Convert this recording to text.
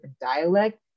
dialect